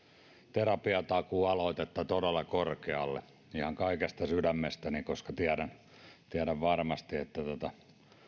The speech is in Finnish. terapiatakuu aloitetta todella korkealle ihan kaikesta sydämestäni koska tiedän varmasti että